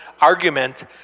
argument